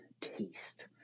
taste